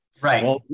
Right